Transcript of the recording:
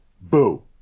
Boo